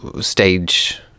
stage